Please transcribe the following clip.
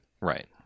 Right